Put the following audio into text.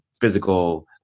physical